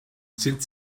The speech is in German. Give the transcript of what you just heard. sind